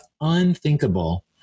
unthinkable